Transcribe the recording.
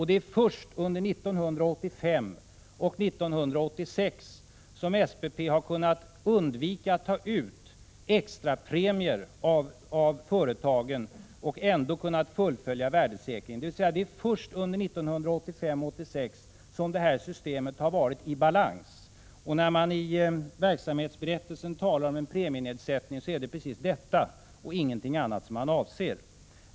Det är först under 1985 och 1986 som SPP har kunnat undvika att ta ut extrapremier av företagen och ändå kunnat fullfölja värdesäkringen, dvs. det är först under 1985 och 1986 som detta system varit i balans. När man i verksamhetsberättelsen talar om en premienedsättning är det precis detta och ingenting annat man avser.